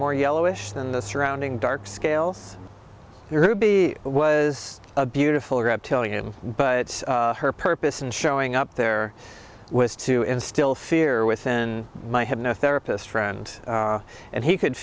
more yellowish than the surrounding dark scales ruby was a beautiful reptilian but her purpose in showing up there was to instill fear within my hypnotherapist friend and he could